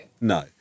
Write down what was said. No